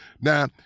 Now